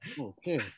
okay